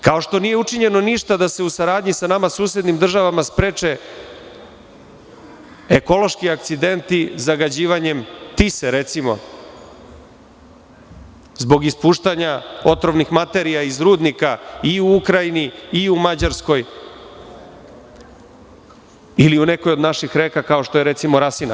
Kao što nije učinjeno ništa da se u saradnji sa nama susednim državama spreče ekološki akcideni zagađivanjem, recimo, Tise, zbog ispuštanja otrovnih materija iz rudnika i u Ukrajini i u Mađarskoj, ili u nekoj od naših reka kao što je, recimo Rasina.